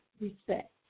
respect